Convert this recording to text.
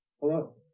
Hello